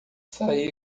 saí